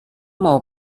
mau